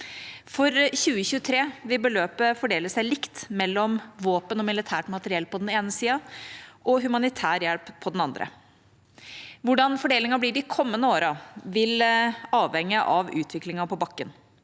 For 2023 vil beløpet fordele seg likt mellom våpen og militært materiell på den ene siden og humanitær hjelp på den andre. Hvordan fordelingen blir de kommende årene, vil avhenge av utviklingen på bakken.